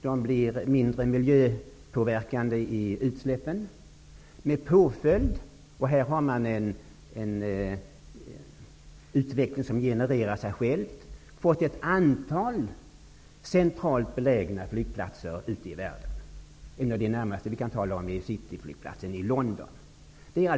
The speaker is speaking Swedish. Utsläppen påverkar miljön mindre. En följd av detta är att vi har fått ett antal centralt belägna flygplatser ute i världen. Detta är en utveckling som är självgenererande. Vi kan ta cityflygplatsen i London som exempel.